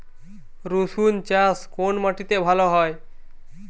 রুসুন চাষ কোন মাটিতে ভালো হয়?